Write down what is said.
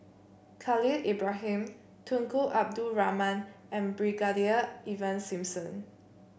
Khalil Ibrahim Tunku Abdul Rahman and Brigadier Ivan Simson